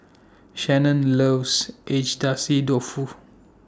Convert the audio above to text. Shanon loves Agedashi Dofu